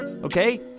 Okay